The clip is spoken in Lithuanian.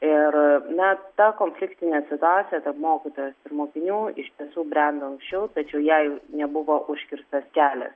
ir na ta konfliktinė situacija tarp mokytojos ir mokinių iš tiesų brendo ankščiau tačiau jai nebuvo užkirstas kelias